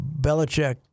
Belichick